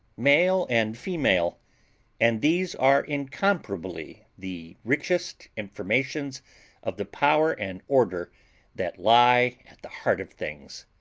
male and female and these are incomparably the richest informations of the power and order that lie at the heart of things.